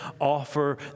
offer